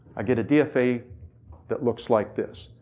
i get a dfa that looks like this.